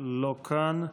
לא כאן,